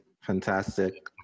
fantastic